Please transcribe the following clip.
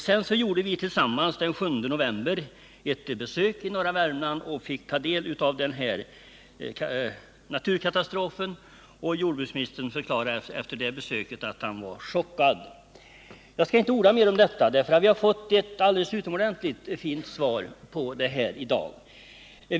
Sedan gjorde vi tillsammans den 7 november ett besök i norra Värmland och fick då se verkningarna av den här naturkatastrofen. Jordbruksministern förklarade efter besöket att han var chockad. Jag skall inte orda mer om detta. Vi har fått ett alldeles utomordentligt fint svar i dag.